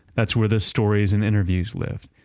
that's where the stories and interviews live,